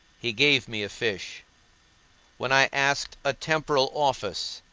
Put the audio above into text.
he gave me a fish when i asked a temporal office,